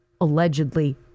allegedly